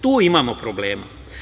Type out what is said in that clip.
Tu imamo problema.